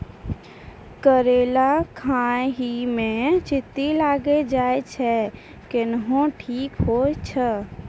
करेला खान ही मे चित्ती लागी जाए छै केहनो ठीक हो छ?